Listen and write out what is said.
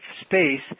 space